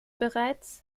bereits